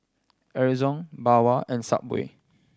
Ezion Bawang and Subway